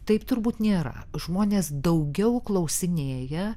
taip turbūt nėra žmonės daugiau klausinėja